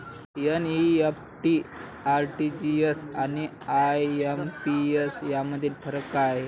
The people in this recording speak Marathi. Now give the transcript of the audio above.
एन.इ.एफ.टी, आर.टी.जी.एस आणि आय.एम.पी.एस यामधील फरक काय आहे?